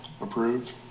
Approved